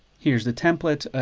here's the template.